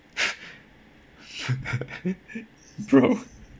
bro